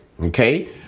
okay